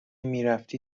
میرفتی